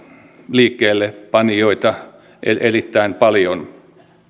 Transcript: liikkeellepanijoita erittäin paljon